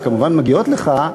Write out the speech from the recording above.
שכמובן מגיעות לך,